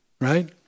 right